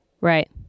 Right